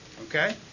Okay